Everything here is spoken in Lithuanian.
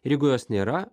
ir jeigu jos nėra